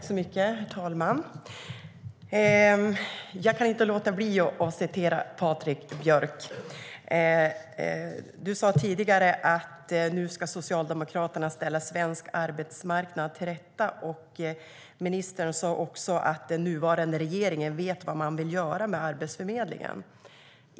Herr talman! Jag kan inte låta bli att citera Patrik Björck. Han sade tidigare att Socialdemokraterna nu ska ställa svensk arbetsmarknad till rätta, och ministern sade också att den nuvarande regeringen vet vad man vill göra med Arbetsförmedlingen.